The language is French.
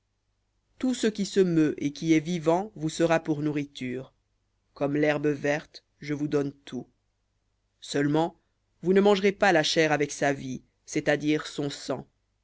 tout ce qui se meut qui est vivant vous sera pour nourriture comme l'herbe verte je vous donne tout seulement vous ne mangerez pas la chair avec sa vie son sang